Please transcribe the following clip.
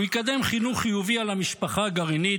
הוא יקדם חינוך חיובי על המשפחה הגרעינית,